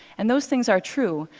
and those things are true,